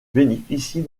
bénéficie